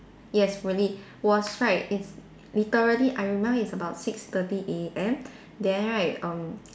yes really was right it's literally I remember it's about six thirty A_M then right um